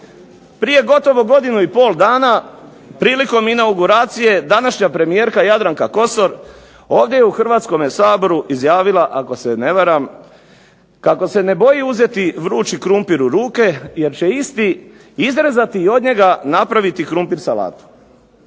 prije gotovo godinu i pol dana prilikom inauguracije današnja premijerka Jadranka Kosor ovdje je u Hrvatskome saboru izjavila, ako se ne varam, kako se ne boji uzeti vrući krumpir u ruke jer će isti izrezati i od njega napraviti krumpir salatu.